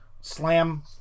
slam